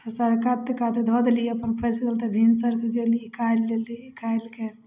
फँसाके आओर तकर बाद धऽ देलिए अपन फँसि गेल तऽ अपन भिनसरमे गेलहुँ निकालि लेलहुँ निकालिके